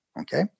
okay